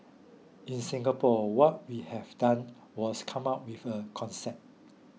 in Singapore what we have done was come up with a concept